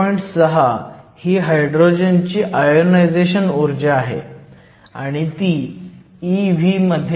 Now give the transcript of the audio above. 6 ही हायड्रोजनची आयोनायझेशन ऊर्जा आहे आणि ती eV मध्ये आहे